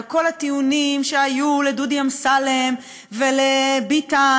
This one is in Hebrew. כל הטיעונים שהיו לדודי אמסלם ולביטן,